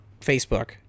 Facebook